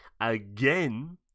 again